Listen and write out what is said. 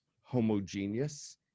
homogeneous